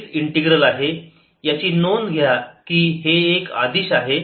तेच इंटीग्रल आहे याची नोंद घ्या की हे एक अदिश आहे